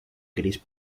gris